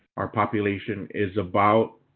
our population is about